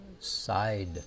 side